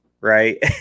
Right